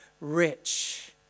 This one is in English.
rich